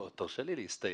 לא, תרשה לי להסתייג.